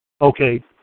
Okay